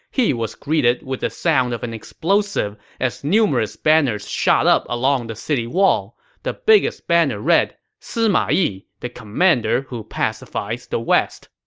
he was greeted with the sound of an explosive as numerous banners shot up along the city wall. the biggest banner read, sima yi, the commander who pacifies the west.